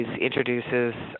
introduces